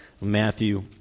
Matthew